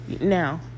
Now